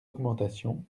augmentation